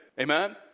amen